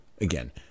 again